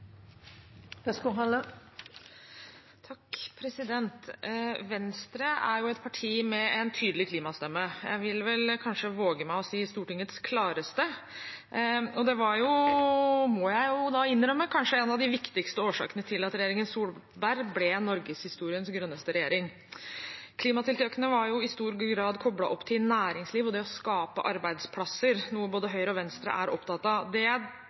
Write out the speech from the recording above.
et parti med en tydelig klimastemme, jeg vil vel kanskje våge å si Stortingets klareste. Jeg må innrømme at det kanskje var en av de viktigste årsakene til at regjeringen Solberg ble norgeshistoriens grønneste regjering. Klimatiltakene var i stor grad koblet opp til næringsliv og det å skape arbeidsplasser, noe både Høyre og Venstre er opptatt av. Det